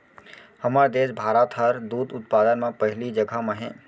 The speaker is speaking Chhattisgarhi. हमर देस भारत हर दूद उत्पादन म पहिली जघा म हे